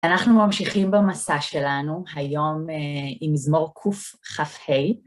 אנחנו ממשיכים במסע שלנו, היום עם מזמור קכ"ה.